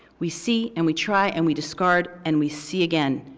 we see and we try and we discard and we see again.